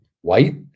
White